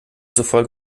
zufolge